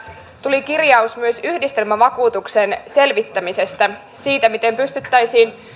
tuli kirjaus myös yhdistelmävakuutuksen selvittämisestä siitä miten pystyttäisiin